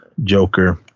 Joker